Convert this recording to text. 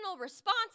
response